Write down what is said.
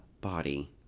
body